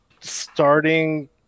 starting